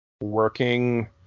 working